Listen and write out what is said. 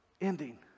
ending